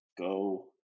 Go